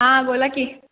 हां बोला की